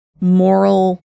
moral